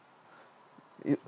it